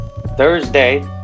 Thursday